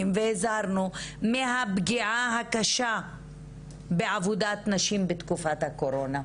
והזהרנו מהפגיעה הקשה בעבודת נשים בתקופת הקורונה.